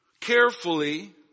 Carefully